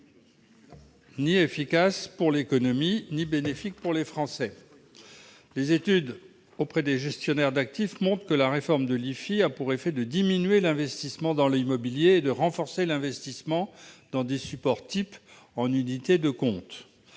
ni efficace pour l'économie, ni bénéfique pour les Français. Les études menées auprès des gestionnaires d'actifs montrent que la réforme de l'IFI a pour effet de diminuer l'investissement dans l'immobilier et de renforcer l'investissement dans des supports de type « unités de compte